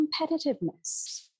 competitiveness